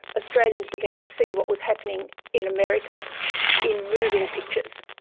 australians began to see what was happening in america in moving pictures.